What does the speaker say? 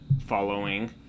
following